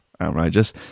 outrageous